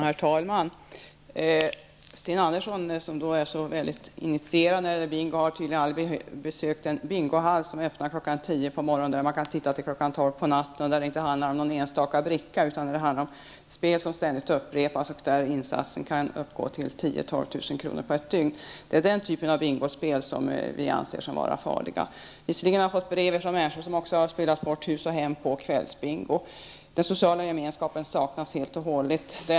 Herr talman! Sten Andersson i Malmö, som är väldigt initierad i fråga om bingo, har tydligen aldrig besökt en bingohall som öppnar kl. 10.00 på morgonen och där man kan sitta till kl. 00.00 på natten. Här handlar det inte om någon enstaka bricka utan om spel som ständigt upprepas. Insatsen kan uppgå till 10 000--12 000 kr. under ett dygn. Det är den här typen av bingospel som vi anser är farlig. Visserligen har jag fått brev från människor som på kvällsbingo har spelat bort både hus och hem. Den sociala gemenskapen saknas helt och hållet i dessa sammanhang.